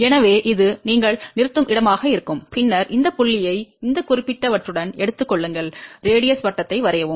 எனவே இது நீங்கள் நிறுத்தும் இடமாக இருக்கும் பின்னர் இந்த புள்ளியை இந்த குறிப்பிட்டவற்றுடன் எடுத்துக் கொள்ளுங்கள் ஆரம் வட்டத்தை வரையவும்